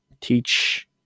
teach